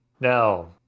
Now